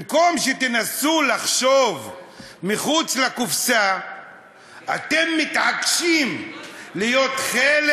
במקום שתנסו לחשוב מחוץ לקופסה אתם מתעסקים בלהיות חלק